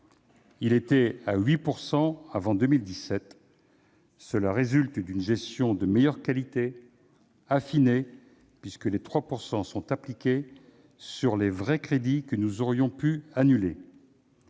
était de 8 % avant 2017. Cela résulte d'une gestion de meilleure qualité, affinée, puisque les 3 % sont appliqués sur les vrais crédits que nous aurions pu annuler.